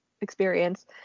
experience